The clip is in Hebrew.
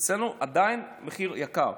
אצלנו עדיין יקר.